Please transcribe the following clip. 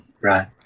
right